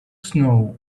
snow